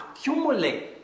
accumulate